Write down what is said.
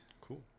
Cool